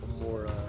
more